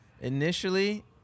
Initially